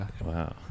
Wow